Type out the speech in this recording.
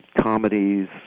comedies